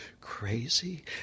crazy